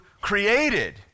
created